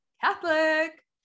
Catholic